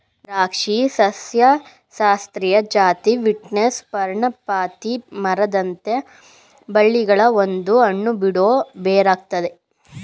ದ್ರಾಕ್ಷಿ ಸಸ್ಯಶಾಸ್ತ್ರೀಯ ಜಾತಿ ವೀಟಿಸ್ನ ಪರ್ಣಪಾತಿ ಮರದಂಥ ಬಳ್ಳಿಗಳ ಒಂದು ಹಣ್ಣುಬಿಡೋ ಬೆರಿಯಾಗಯ್ತೆ